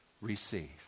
receive